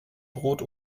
brot